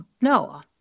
no